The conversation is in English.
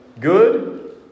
good